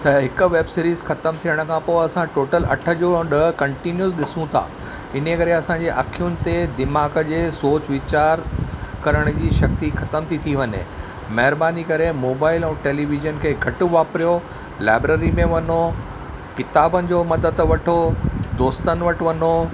त हिकु web series ख़तमु थियण खां पोइ असां टोटल अठ जो ॾह कंटिन्यूसि ॾिसू था हिन ई करे असांजे अख़ियुनि ते दीमाग़ु जे सोच वीचार करण जी शक्ती ख़तमु थी थी वञे महिरबानी करे मोबाइल ऐं टेलीविजन खे खटू वापरियो लाइब्रेरी में वञो किताबुनि जो मदद वठो दोस्तनि वटि वञो